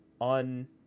on